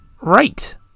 Right